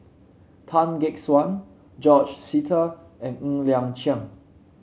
Tan Gek Suan George Sita and Ng Liang Chiang